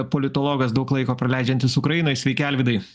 politologas daug laiko praleidžiantis ukrainoj sveiki alvydai